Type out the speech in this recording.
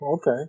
okay